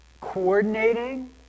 coordinating